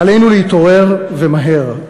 עלינו להתעורר, ומהר.